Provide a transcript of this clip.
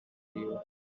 you